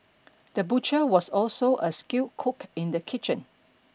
the butcher was also a skilled cook in the kitchen